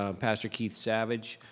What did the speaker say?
ah pastor keith savage